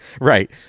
Right